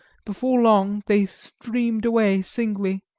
before long they streamed away singly,